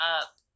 up